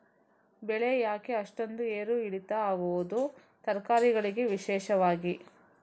ಬೆಳೆ ಯಾಕೆ ಅಷ್ಟೊಂದು ಏರು ಇಳಿತ ಆಗುವುದು, ತರಕಾರಿ ಗಳಿಗೆ ವಿಶೇಷವಾಗಿ?